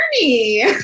journey